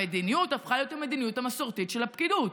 המדיניות הפכה להיות המדיניות המסורתית של הפקידות,